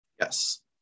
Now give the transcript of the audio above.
Yes